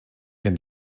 can